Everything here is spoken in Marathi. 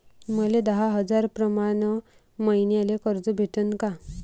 मले दहा हजार प्रमाण मईन्याले कर्ज भेटन का?